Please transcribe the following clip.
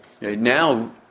Now